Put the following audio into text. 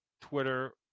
Twitter